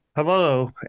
Hello